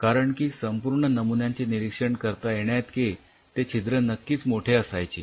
कारण की संपूर्ण नमुन्याचे निरीक्षण करता येण्याइतके ते छिद्र नक्कीच मोठे असायचे